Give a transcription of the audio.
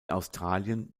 australien